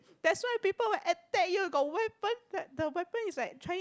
that's why people will attack you got weapon that the weapon is like